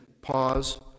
pause